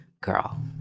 girl